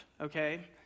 okay